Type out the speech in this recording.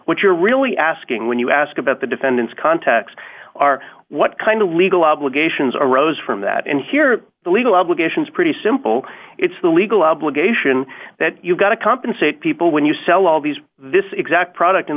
you're really asking when you ask about the defendant's context are what kind of legal obligations arose from that and here are the legal obligations pretty simple it's the legal obligation that you've got to compensate people when you sell all these this exact product